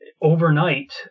overnight